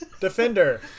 Defender